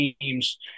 teams